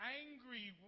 angry